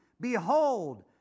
Behold